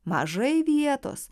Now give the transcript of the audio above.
mažai vietos